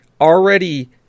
already